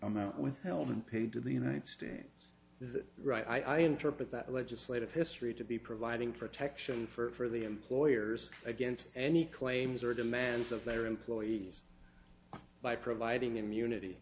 amount withheld and paid to the united states the right i interpret that legislative history to be providing protection for the employers against any claims or demands of their employees by providing immunity